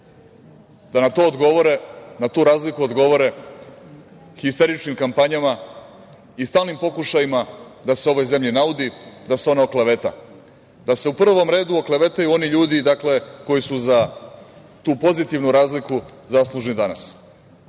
da na to odgovore, na tu razliku odgovore histeričnim kampanjama i stalnim pokušajima da se ovoj zemlji naudi, da se ona okleveta, da se u prvom redu oklevetaju oni ljudi koji su za tu pozitivnu razliku zaslužni danas.Među